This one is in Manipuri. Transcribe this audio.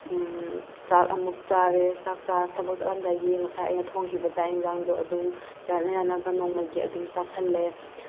ꯆꯥꯛ ꯑꯃꯨꯛ ꯆꯥꯔꯦ ꯆꯥꯛ ꯆꯥꯔ ꯊꯕꯛ ꯆꯠꯂꯝꯗꯥꯏꯒꯤ ꯉꯁꯥꯏ ꯑꯩꯅ ꯊꯣꯡꯒꯤꯕ ꯆꯥꯛ ꯌꯟꯁꯥꯡꯗꯣ ꯑꯗꯨꯝ ꯌꯥꯅ ꯌꯥꯅꯕ ꯅꯣꯡꯃꯒꯤ ꯑꯗꯨꯝ ꯆꯥꯁꯤꯜꯂꯦ